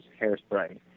Hairspray